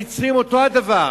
המצרים אותו הדבר.